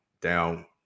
down